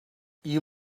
you